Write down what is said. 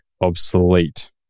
obsolete